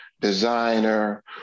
designer